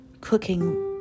cooking